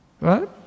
right